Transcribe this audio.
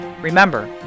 Remember